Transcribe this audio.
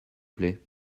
plait